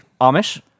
Amish